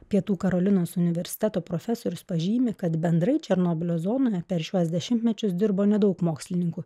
pietų karolinos universiteto profesorius pažymi kad bendrai černobylio zonoje per šiuos dešimtmečius dirbo nedaug mokslininkų